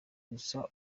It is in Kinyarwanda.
gusa